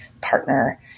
partner